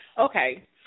okay